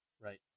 Right